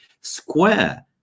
Square